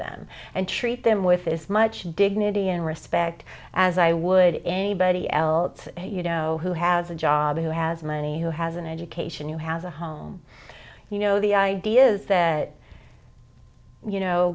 them and treat them with as much dignity and respect as i would anybody else you know who has a job who has money who has an education who has a home you know the idea is that you know